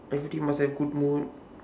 everything must have good mood